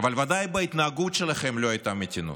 אבל ודאי בהתנהגות שלכם לא הייתה מתינות.